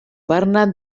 bernat